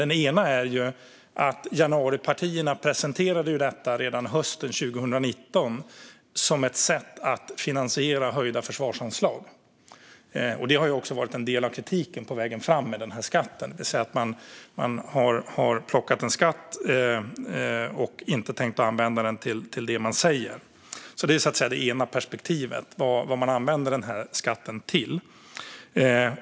Den ena är att januaripartierna presenterade detta redan hösten 2019 som ett sätt att finansiera höjda försvarsanslag. Detta har också varit en del av kritiken på vägen fram med denna skatt. Man har alltså plockat en skatt och inte tänkt använda den till det som man säger. Det är det ena perspektivet: vad man använder skatten till.